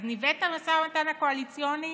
אז ניווט את המשא ומתן הקואליציוני